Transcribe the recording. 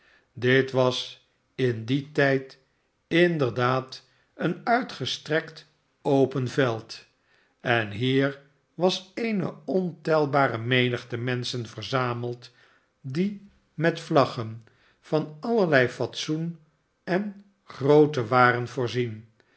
dit was in dien tijd inderdaad een uitgestrekt open veld en hier was eene ontelbare menigte menschen verzameld die met vlaggen van allerlei fatsoen en grootte waren voorzien